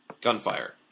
Gunfire